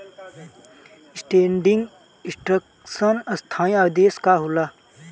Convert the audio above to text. Standing instruction स्थाई आदेश का होला?